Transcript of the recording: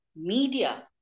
media